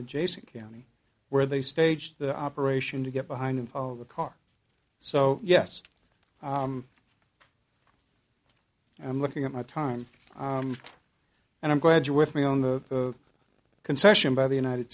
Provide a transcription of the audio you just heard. adjacent county where they staged the operation to get behind him of the car so yes i'm looking at my time and i'm glad you're with me on the concession by the united